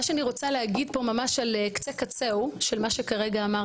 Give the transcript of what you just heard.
מה שאני רוצה להגיד פה ממש על קצה קצהו של מה שאמרתי,